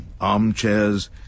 armchairs